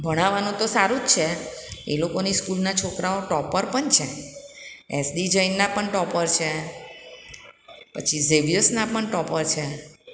ભણાવવાનું તો સારું જ છે એ લોકોની સ્કૂલના છોકરાઓ ટોપર પણ છે એસડી જૈનના પણ ટોપર છે ઝેવિયર્સના પણ ટોપર છે